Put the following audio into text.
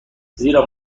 زیرا